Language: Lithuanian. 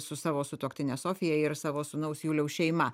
su savo sutuoktine sofija ir savo sūnaus juliaus šeima